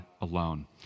alone